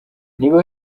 niba